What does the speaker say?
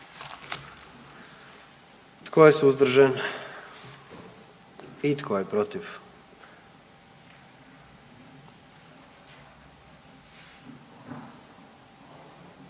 Tko je suzdržan? I tko je protiv?